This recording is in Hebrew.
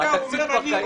התקציב כבר קיים.